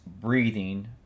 breathing